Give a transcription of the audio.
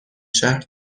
شهر